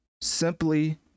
simply